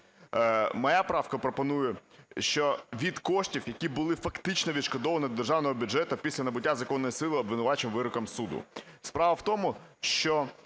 Моя правка пропонує, що від коштів, які були фактично відшкодовані до держаного бюджету після набуття законної сили обвинувального вироку суду. Справа в тому, що